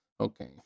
Okay